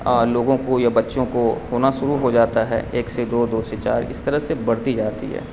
لوگوں کو یا بچوں کو ہونا شروع ہو جاتا ہے ایک سے دو دو سے چار اس طرح سے بڑھتی جاتی ہے